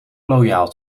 loyaal